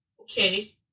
okay